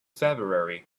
february